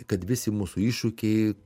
kad visi mūsų iššūkiai